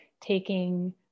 taking